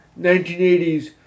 1980s